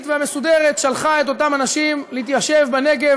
והמסודרת שלחה את אותם אנשים להתיישב בנגב,